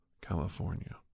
California